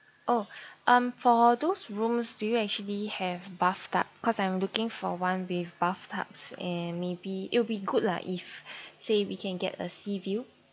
oh um for those rooms do you actually have bathtub because I'm looking for one with bathtubs and maybe it will be good lah if say we can get a sea view